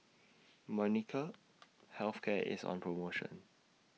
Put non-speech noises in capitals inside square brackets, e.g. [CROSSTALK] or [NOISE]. [NOISE] Molnylcke Health Care IS on promotion